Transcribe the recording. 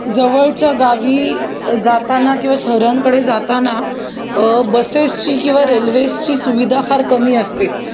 जवळच्या गावी जाताना किंवा शहरांकडे जाताना बसेसची किंवा रेल्वेसची सुविधा फार कमी असते